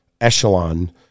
echelon